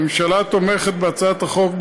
הממשלה תומכת בהצעת החוק,